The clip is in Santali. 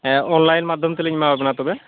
ᱦᱮᱸ ᱚᱱᱞᱟᱭᱤᱱ ᱢᱟᱫᱽᱫᱷᱚᱢ ᱛᱮᱞᱤᱧ ᱮᱢᱟᱣᱟᱵᱮᱱᱟ ᱛᱚᱵᱮ